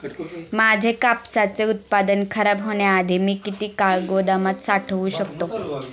माझे कापसाचे उत्पादन खराब होण्याआधी मी किती काळ गोदामात साठवू शकतो?